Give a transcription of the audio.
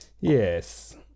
Yes